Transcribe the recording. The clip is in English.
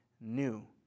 new